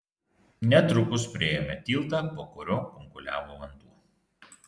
netrukus priėjome tiltą po kuriuo kunkuliavo vanduo